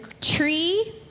tree